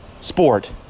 sport